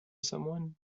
someone